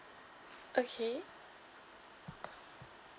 okay